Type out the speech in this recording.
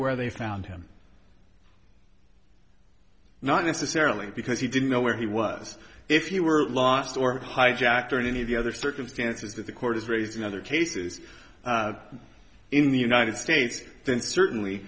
where they found him not necessarily because he didn't know where he was if you were lost or hijacked or any of the other circumstances that the court is raising other cases in the united states then certainly